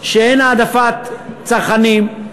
שאין העדפת צרכנים,